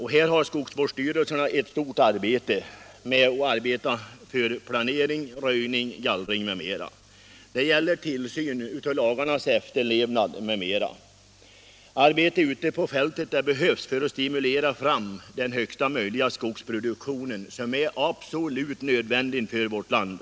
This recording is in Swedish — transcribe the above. Här har skogsvårdsstyrelserna ett stort arbete med tillsyn av lagarnas efterlevnad när det gäller planering, röjning, gallring m.m. Arbete ute på fältet behövs för att stimulera fram högsta möjliga skogsproduktion, som är absolut nödvändig för vårt land.